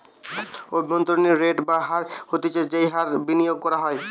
অভ্যন্তরীন রেট বা হার হতিছে যেই হার বিনিয়োগ করা হয়